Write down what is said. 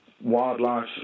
wildlife